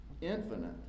infinite